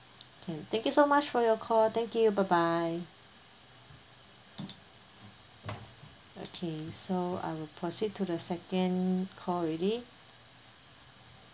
can thank you so much for your call thank you bye bye okay so I will proceed to the second call already